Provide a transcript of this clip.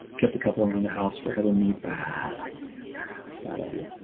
kept a couple around the house for heather me bad idea bad idea